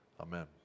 Amen